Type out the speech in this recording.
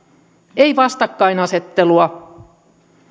ei vastakkainasettelua vaan